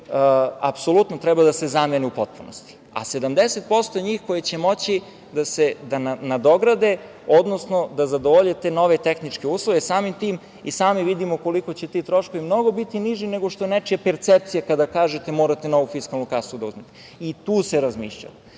apsolutno treba da se zameni u potpunosti, a 70% njih će moći da se nadogradi, odnosno da zadovolje te nove tehničke uslove. Samim tim i sami vidimo koliko će ti troškovi biti niži, nego što nečije percepcije, kada kažete morate novu fiskalnu kasu da uzmete. Tu se razmišljalo.